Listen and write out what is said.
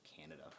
Canada